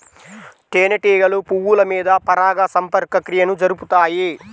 తేనెటీగలు పువ్వుల మీద పరాగ సంపర్క క్రియను జరుపుతాయి